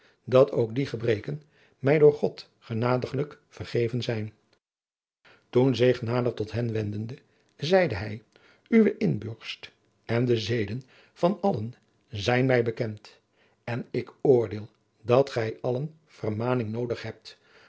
dat ook die gebreken mij door god genadiglijk vergeven zijn toen zich nader tot hen wendende zeide hij uwe inborst en de zeden van allen zijn mij bekend en ik oordeel dat gij allen vermaning noodig hebt